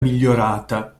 migliorata